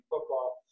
football